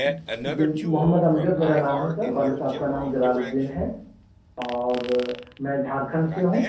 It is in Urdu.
جی محمد امجد میرا نام ہے سر والد صاحب کا نام جلال الدین ہے اور میں جھارکھنڈ سے ہُوں